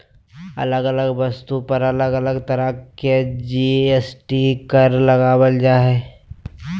अलग अलग वस्तु पर अलग अलग तरह के जी.एस.टी कर लगावल जा हय